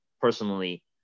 personally